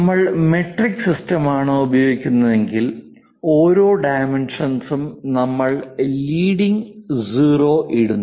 നമ്മൾ മെട്രിക് സിസ്റ്റമാണ് ഉപയോഗിക്കുന്നതെങ്കിൽ ഓരോ ഡൈമെൻഷൻസ്ലും നമ്മൾ ലീഡിംഗ് 0 ഇടുന്നു